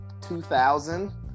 2000